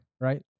right